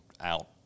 out